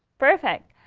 perfect.